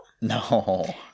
No